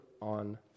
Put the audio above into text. on